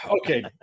Okay